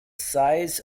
size